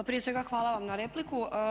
Pa prije svega hvala vam na repliku.